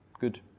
good